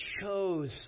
chose